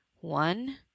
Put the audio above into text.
One